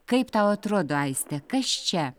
kaip tau atrodo aiste kas čia